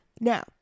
Now